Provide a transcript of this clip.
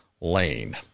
lane